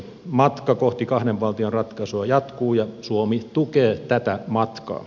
matka kohti kahden valtion ratkaisua jatkuu ja suomi tukee tätä matkaa